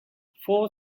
four